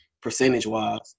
percentage-wise